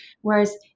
Whereas